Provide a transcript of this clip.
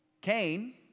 Cain